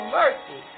mercy